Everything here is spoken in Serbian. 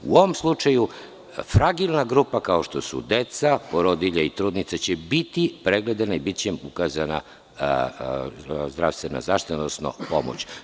U ovom slučaju, fragilna grupa kao što su deca, porodilje i trudnice, biće pregledani i biće im ukazana zdravstvena zaštita, odnosno pomoć.